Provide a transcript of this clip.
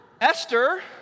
Esther